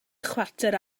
chwarter